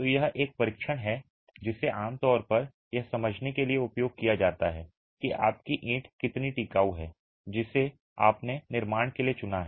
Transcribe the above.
तो यह एक परीक्षण है जिसे आमतौर पर यह समझने के लिए उपयोग किया जाता है कि आपकी ईंट कितनी टिकाऊ है जिसे आपने निर्माण के लिए चुना है